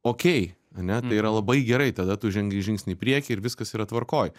okei ane tai yra labai gerai tada tu žengi žingsnį į priekį ir viskas yra tvarkoj